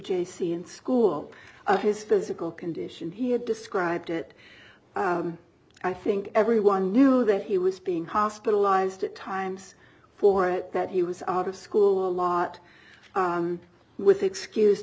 c in school of his physical condition he had described it i think everyone knew that he was being hospitalized at times for it that he was out of school a lot with excused